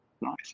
Nice